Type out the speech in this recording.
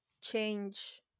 change